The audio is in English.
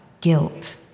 guilt